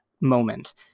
moment